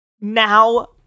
now